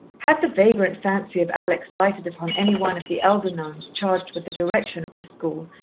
had the vagrant fancy of alex lighted upon any one of the elder nuns charged with the direction of the school,